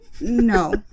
No